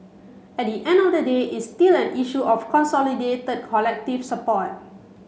at the end of the day it's still an issue of consolidated the collective support